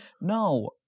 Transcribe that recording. No